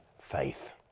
faith